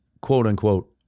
quote-unquote